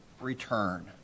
return